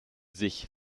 sich